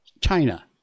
China